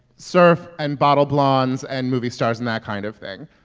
surf and bottle blondes and movie stars and that kind of thing.